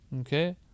okay